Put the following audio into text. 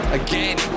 again